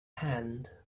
hand